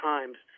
Times